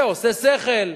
זה עושה שכל,